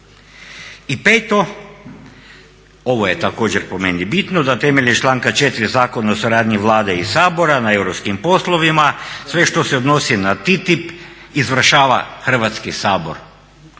I peto, ovo je također po meni bitno da temeljem članka 4. Zakona o suradnji Vlade i Sabora na europskim poslovima sve što se odnosi na TTIP izvršava Hrvatski sabor